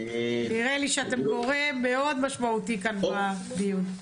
נראה לי שאתם גורם מאוד משמעותי כאן בדיון.